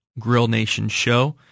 GrillNationShow